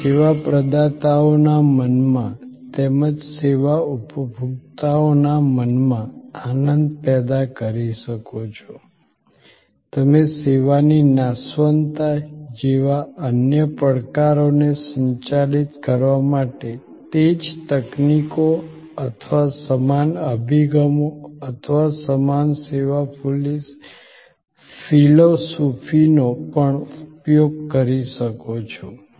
તમે સેવા પ્રદાતાઓના મનમાં તેમજ સેવા ઉપભોક્તાઓના મનમાં આનંદ પેદા કરી શકો છો તમે સેવાની નાશવંતતા જેવા અન્ય પડકારોને સંચાલિત કરવા માટે તે જ તકનીકો અથવા સમાન અભિગમો અથવા સમાન સેવા ફિલસૂફીનો પણ ઉપયોગ કરી શકો છો